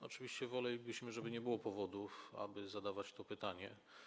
Oczywiście wolelibyśmy, żeby nie było powodów, aby zadawać to pytanie.